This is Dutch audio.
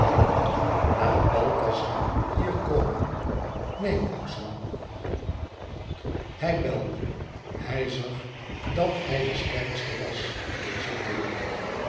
laat balthazar hier komen een xel ij belde hij zag dat hij de sterkste was dezen keer